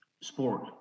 sport